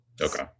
Okay